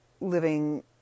living